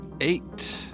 eight